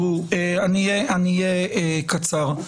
אהיה קצר.